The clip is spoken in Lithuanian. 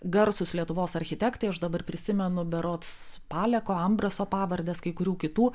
garsūs lietuvos architektai aš dabar prisimenu berods paleko ambraso pavardes kai kurių kitų